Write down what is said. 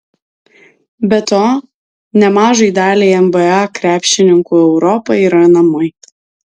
be to nemažai daliai nba krepšininkų europa yra namai